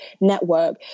network